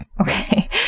Okay